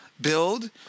build